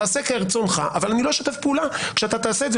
תעשה כרצונך אבל אני לא אשתף פעולה כשאתה תעשה את זה